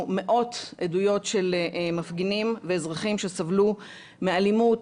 מאות עדויות של מפגינים ואזרחים שסבלו מאלימות